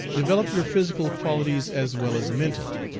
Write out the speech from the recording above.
develop your physical qualities as well as mental.